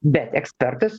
bet ekspertas